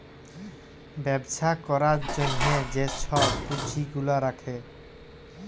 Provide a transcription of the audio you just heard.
ব্যবছা ক্যরার জ্যনহে যে ছব পুঁজি গুলা রাখে